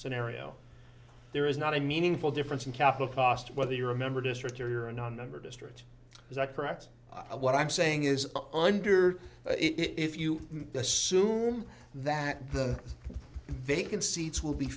scenario there is not a meaningful difference in capital cost whether you're a member district or you're in another district is that correct what i'm saying is under it if you assume that the vacant seats will be